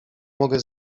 mogę